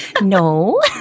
No